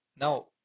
Now